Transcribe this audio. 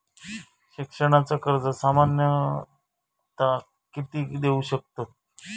शिक्षणाचा कर्ज सामन्यता किती देऊ शकतत?